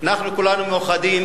אנחנו כולנו מאוחדים